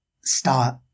start